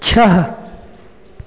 छः